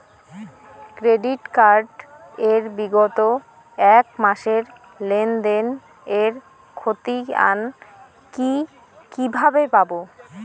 Credit card এর বিগত এক মাসের লেনদেন এর ক্ষতিয়ান কি কিভাবে পাব?